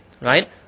right